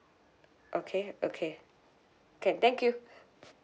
okay okay can thank you